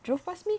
drove past me